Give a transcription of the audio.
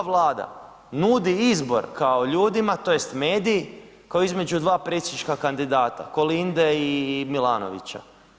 I sad ova Vlada nudi izbor kao ljudima tj. mediji kao između dva predsjednička kandidata Kolinde i Milanovića.